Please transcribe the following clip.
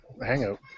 hangout